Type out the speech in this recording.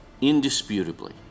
indisputably